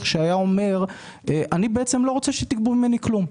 שהיה אומר: אני לא רוצה שתגבו ממני כלום.